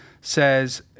says